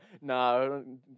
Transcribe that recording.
no